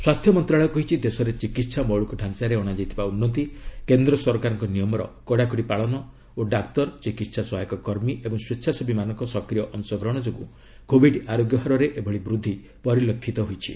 ସ୍ୱାସ୍ଥ୍ୟ ମନ୍ତ୍ରଣାଳୟ କହିଛି ଦେଶରେ ଚିକିତ୍ସା ମୌଳିକଡାଞାରେ ଅଣାଯାଇଥିବା ଉନ୍ନତି କେନ୍ଦ୍ର ସରକାରଙ୍କ ନିୟମର କଡ଼ାକଡ଼ି ପାଳନ ଓ ଡାକ୍ତର ଚିକିତ୍ସା ସହାୟକ କର୍ମୀ ଏବଂ ସ୍ୱେଚ୍ଛାସେବୀମାନଙ୍କ ସକ୍ରିୟ ଅଂଶଗ୍ରହଣ ଯୋଗୁଁ କୋବିଡ୍ ଆରୋଗ୍ୟ ହାରରେ ଏଭଳି ବୃଦ୍ଧି ପରିଲକ୍ଷିତ ହୋଇଛି